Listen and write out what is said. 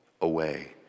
away